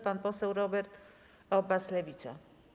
Pan poseł Robert Obaz, Lewica.